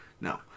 no